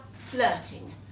flirting